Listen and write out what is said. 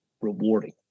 rewarding